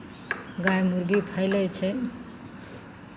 गाय मुरगी फैलै छै